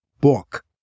book